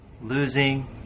losing